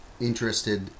interested